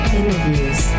interviews